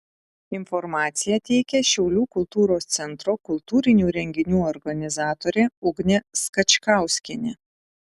informaciją teikia šiaulių kultūros centro kultūrinių renginių organizatorė ugnė skačkauskienė